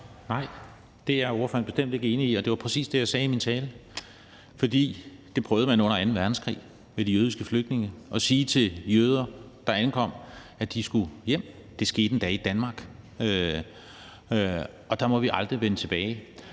Nej, det er ordføreren bestemt ikke enig i, og det var præcis det, jeg sagde i min tale. For det prøvede man under anden verdenskrig med de jødiske flygtninge, altså at sige til jøder, der ankom, at de skulle hjem – det skete endda i Danmark – og det må vi aldrig vende tilbage